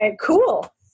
cool